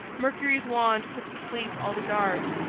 mercury's wand put to sleep all the guards,